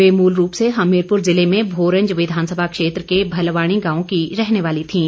वे मूल रूप से हमीरपुर ज़िले में भोरंज विधानसभा क्षेत्र के भलवाणी गांव की रहने वाली थीं